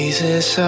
Jesus